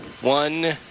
one